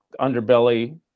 underbelly